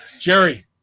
Jerry